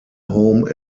home